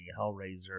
hellraiser